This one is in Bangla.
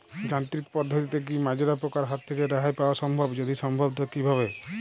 যান্ত্রিক পদ্ধতিতে কী মাজরা পোকার হাত থেকে রেহাই পাওয়া সম্ভব যদি সম্ভব তো কী ভাবে?